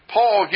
Paul